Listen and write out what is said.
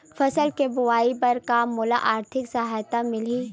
फसल के बोआई बर का मोला आर्थिक सहायता मिलही?